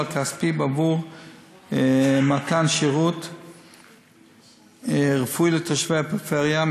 הכספי בעבור מתן שירות רפואי לתושבי הפריפריה,